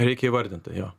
reikia įvardint tai jo